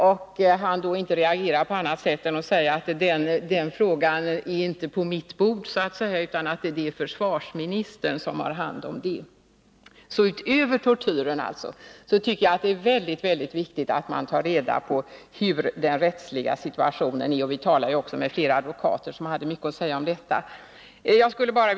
Justitieministern reagerade inte på annat sätt än att säga: Den frågan är inte på mitt bord, utan det är försvarsministern som har hand om det. Utöver detta med tortyren tycker jag att det är mycket viktigt att ta reda på hur den rättsliga situationen är. Vi talade också med flera advokater som hade mycket att säga om detta.